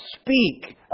speak